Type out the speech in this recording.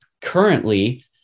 currently